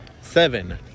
Seven